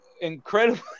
incredibly